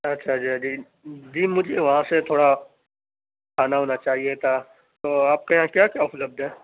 جی مجھے وہاں سے تھوڑا کھانا وانا چاہیے تھا تو آپ کے یہاں کیا کیا اُپلبدھ ہے